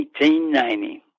1890